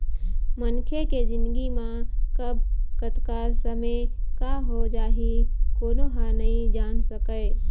मनखे के जिनगी म कब, कतका समे का हो जाही कोनो ह नइ जान सकय